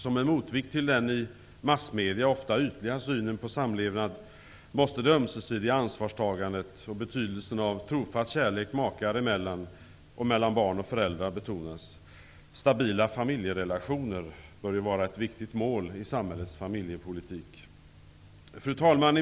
Som en motvikt till den i massmedia ofta ytliga synen på samlevnad måste det ömsesidiga ansvarstagandet och betydelsen av trofast kärlek makar emellan och mellan barn och föräldrar betonas. Stabila familjerelationer bör vara ett viktigt mål i samhällets familjepolitik. Fru talman!